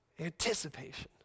Anticipation